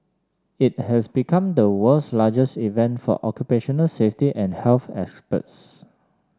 it has become the world's largest event for occupational safety and health experts